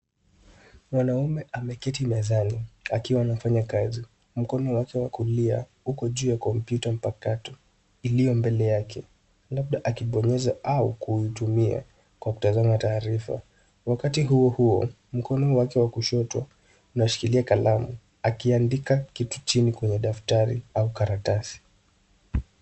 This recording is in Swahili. Mwanaume ame keti mezani akiwa anafanya kazi, mkono wake wa kulia uko juu ya kompyuta mpakato ilio mbele yake labda aki bonyeza au kuitumia kwa kutazama taarifa , wakati huo huo mkono wake wa kushoto una shikilia kalamu akiandika kitu chini kwenye daftari au karatasi.